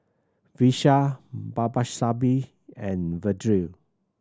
Vishal Babasaheb and Vedre